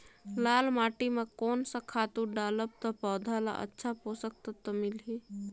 लाल माटी मां कोन सा खातु डालब ता पौध ला अच्छा पोषक तत्व मिलही?